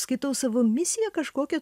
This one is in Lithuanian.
skaitau savo misija kažkokia